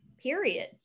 period